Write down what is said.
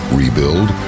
rebuild